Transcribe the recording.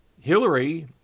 Hillary